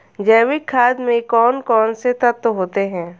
जैविक खाद में कौन कौन से तत्व होते हैं?